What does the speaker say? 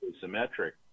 symmetric